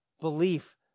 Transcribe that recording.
belief